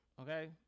okay